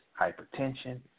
hypertension